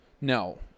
No